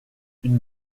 une